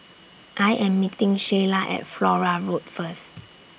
I Am meeting Sheyla At Flora Road First